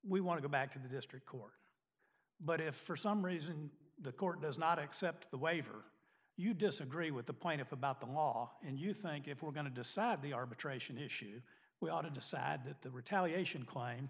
we want to go back to the district court but if for some reason the court does not accept the way for you disagree with the point of about the law and you think if we're going to decide the arbitration issue we ought to decide that the retaliation